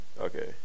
okay